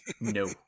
No